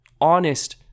honest